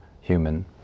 human